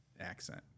accent